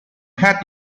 hat